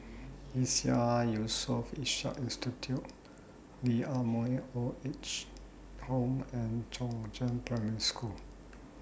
ISEAS Yusof Ishak Institute Lee Ah Mooi Old Age Home and Chongzheng Primary School